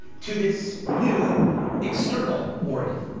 to this new external organ.